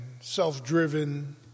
self-driven